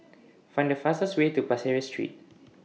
Find The fastest Way to Pasir Ris Street